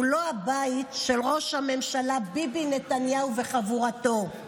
הוא לא הבית של ראש הממשלה ביבי נתניהו וחבורתו.